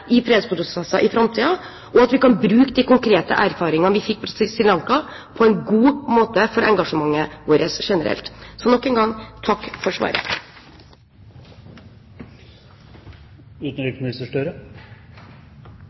i fredsprosesser i framtiden, og at vi kan bruke de konkrete erfaringene vi fikk på Sri Lanka, på en god måte for engasjementet vårt generelt. Så nok en gang: Takk for svaret!